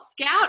Scout